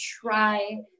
try